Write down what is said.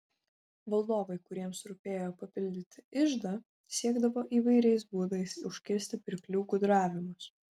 valdovai kuriems rūpėjo papildyti iždą siekdavo įvairiais būdais užkirsti pirklių gudravimus